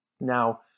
Now